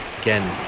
again